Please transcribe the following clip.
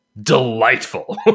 delightful